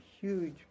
huge